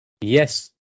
Yes